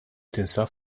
tinsab